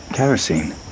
Kerosene